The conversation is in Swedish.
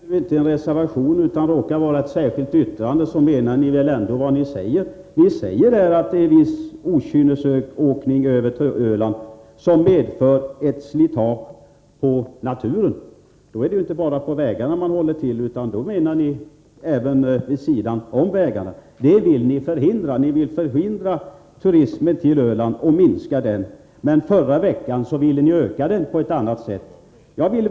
Herr talman! Även om det inte är en reservation utan ett särskilt yttrande ni kommer med menar ni väl ändå vad ni skriver. Ni påstår ju att en viss okynnesåkning som ni kallar det för till Öland medför ett ökat slitage på naturen. Då menar ni väl inte bara vägarna utan även naturen vid sidan om. Detta vill ni förhindra. Ni vill nu hindra turistströmmen till Öland och minska den, men förra veckan ville ni öka den på annat sätt.